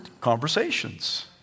conversations